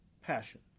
passion